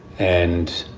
and,